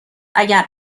اگر